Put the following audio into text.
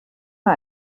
mal